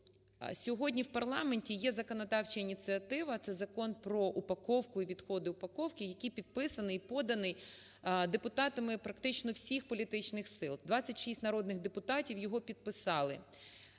Сьогодні в парламенті є законодавча ініціатива це Закон про упаковку і відходи упаковки, який підписаний і поданий депутатами практично всіх політичних сил, 26 народних депутатів його підписали.